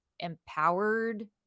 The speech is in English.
empowered